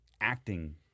acting